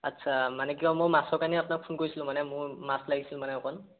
আচ্ছা মানে কিয় মোৰ মাছৰ কাৰণে আপোনাক ফোন কৰিছিলোঁ মানে মোৰ মাছ লাগিছিল মানে অকণ